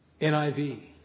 NIV